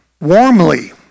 warmly